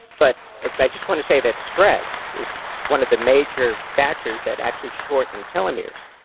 but i just want to say that stress is one of the major factors that actually shorten telomeres.